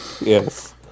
Yes